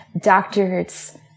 doctors